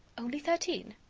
only thirteen?